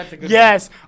Yes